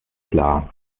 klar